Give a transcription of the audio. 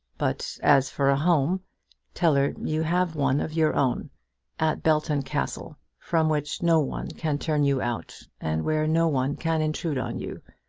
but as for a home tell her you have one of your own at belton castle, from which no one can turn you out, and where no one can intrude on you.